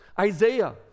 Isaiah